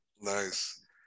Nice